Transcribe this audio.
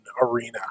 arena